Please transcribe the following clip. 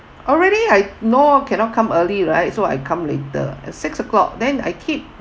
already I know cannot come early right so I come later at six o'clock then I keep